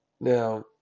Now